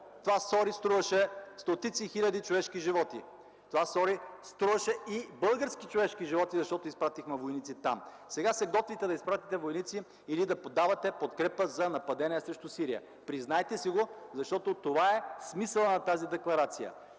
Това „сори” струваше стотици хиляди човешки животи. Това „сори” струваше и български човешки животи, защото изпратихме войници там. Сега се готвите да изпратите войници или да давате подкрепа за нападенията срещу Сирия. Признайте си, защото това е смисълът на тази декларация!